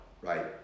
right